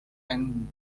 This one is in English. and